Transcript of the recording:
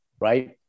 right